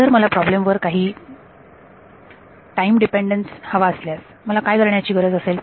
जर मला प्रॉब्लेम वर काही टाईम डिपेंडन्स हवा असल्यास मला काय करण्याची गरज असेल